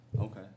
Okay